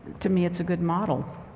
to me, it's a good model.